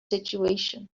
situation